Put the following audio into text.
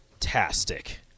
Fantastic